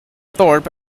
thorpe